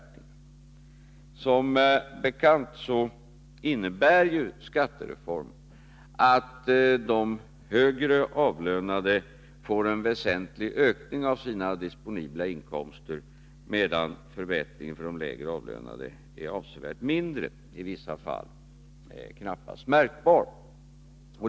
Som bekant innebär skattereformen att de högre avlönade får en väsentlig ökning av sina disponibla inkomster, medan förbättringen för de lägre avlönade är avsevärt mindre, i vissa fall knappast märkbar.